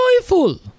joyful